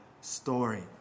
story